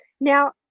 Now